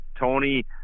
Tony